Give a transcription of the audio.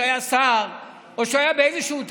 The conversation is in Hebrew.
כשהוא היה שר או כשהוא היה באיזשהו תפקיד,